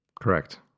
Correct